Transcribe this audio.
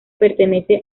pertenece